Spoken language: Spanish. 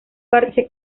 parche